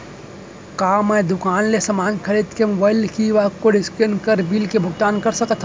का मैं दुकान ले समान खरीद के मोबाइल क्यू.आर कोड स्कैन कर बिल के भुगतान कर सकथव?